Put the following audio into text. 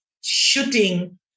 shooting